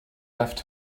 left